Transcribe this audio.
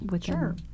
Sure